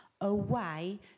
away